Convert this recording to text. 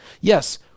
Yes